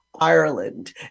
Ireland